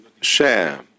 share